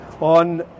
on